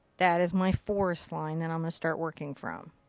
that is my forest line that i'm gonna start working from.